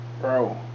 Bro